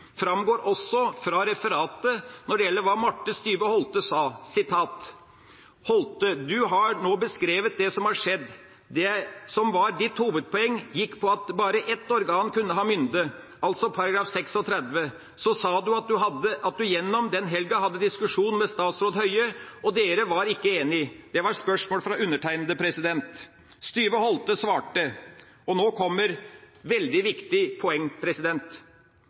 framgår i høringa, også av referatet, når det gjelder hva Marthe Styve Holte sa. Hun ble spurt av undertegnede: «Holte, du har nå beskrevet det som har skjedd. Det som var ditt hovedpoeng, gikk på at bare ett organ kunne ha mynde – altså § 36. Så sa du at du gjennom den helga hadde diskusjon med statsråd Høie, og dere var ikke enige.» Styve Holte svarte – og nå kommer et veldig viktig poeng: